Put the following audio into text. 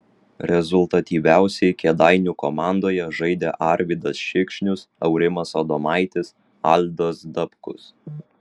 rezultatyviausiai kėdainių komandoje žaidė arvydas šikšnius aurimas adomaitis aldas dabkus